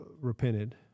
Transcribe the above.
repented